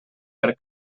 per